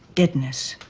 deadness,